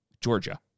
Georgia